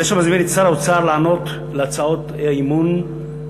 אני מזמין עכשיו את שר האוצר יאיר לפיד לענות על הצעות האי-אמון 1,